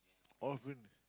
offered